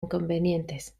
inconvenientes